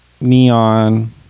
neon